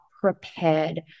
prepared